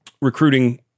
recruiting